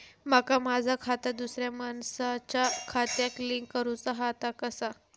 माका माझा खाता दुसऱ्या मानसाच्या खात्याक लिंक करूचा हा ता कसा?